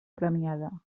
premiada